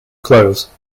clothes